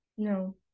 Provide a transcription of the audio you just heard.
No